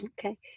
Okay